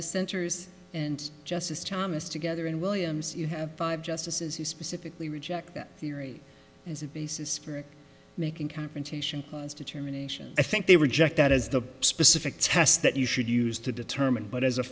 dissenters and justice thomas together and williams you have five justices who specifically reject that theory as a basis for making confrontation determination i think they reject that as the specific test that you should use to determine but as a